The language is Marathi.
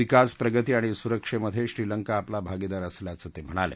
विकास प्रगती आणि सुरक्षेमध्ये श्रीलंका आपला भागीदार असल्याच ते म्हणाले